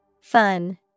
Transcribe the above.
Fun